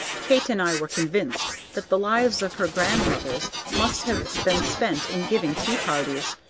kate and i were convinced that the lives of her grandmothers must have been spent in giving tea-parties.